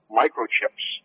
microchips